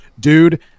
Dude